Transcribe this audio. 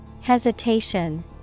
Hesitation